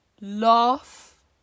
laugh